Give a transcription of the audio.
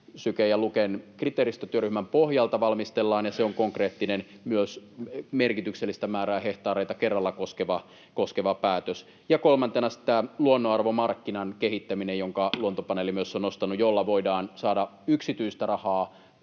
Syken ja Luken kriteeristötyöryhmän pohjalta valmistellaan. Se on konkreettinen myös merkityksellistä määrää hehtaareita kerralla koskeva päätös. Kolmantena sitten tämän luonnoarvomarkkinan kehittäminen, jonka Luontopaneeli myös on nostanut, jolla voidaan saada yksityistä rahaa.